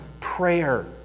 prayer